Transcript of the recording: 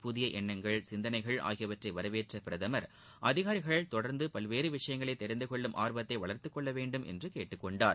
புதிய எண்ணங்கள் சிந்தனைகள் ஆகியவற்றை வரவேற்ற பிரதமர் அதிகாரிகள் தொடர்ந்து பல்வேறு விஷயங்களை தெரிந்து கொள்ளும் ஆர்வத்தை வளர்த்துக் கொள்ள வேண்டும் என்று கேட்டுக் கொண்டார்